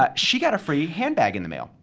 ah she got a free handbag in the mail.